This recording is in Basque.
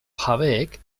jabeek